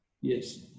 Yes